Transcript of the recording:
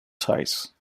size